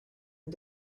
and